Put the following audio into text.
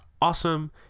awesome